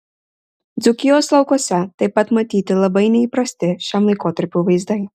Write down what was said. dzūkijos laukuose taip pat matyti labai neįprasti šiam laikotarpiui vaizdai